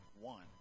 one